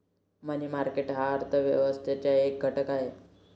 मनी market हा अर्थ व्यवस्थेचा एक घटक आहे